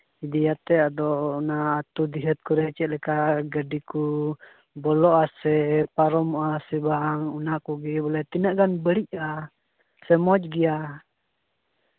ᱤᱫᱤᱭᱟ ᱛᱮ ᱟᱫᱚ ᱚᱱᱟ ᱟᱹᱛᱩ ᱰᱤᱦᱟᱹ ᱠᱚᱨᱮ ᱪᱮᱫ ᱞᱮᱠᱟ ᱜᱟᱹᱰᱤ ᱠᱚ ᱵᱚᱞᱚᱜ ᱟᱥᱮ ᱯᱟᱨᱚᱢᱚᱜᱼᱟ ᱥᱮ ᱵᱟᱝ ᱚᱱᱟ ᱠᱚᱜᱮ ᱵᱚᱞᱮ ᱛᱤᱱᱟᱹᱜ ᱜᱟᱱ ᱵᱟᱹᱲᱤᱡᱼᱟ ᱥᱮ ᱢᱚᱡᱽ ᱜᱮᱭᱟ